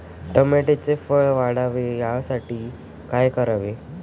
टोमॅटोचे फळ वाढावे यासाठी काय करावे?